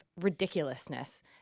ridiculousness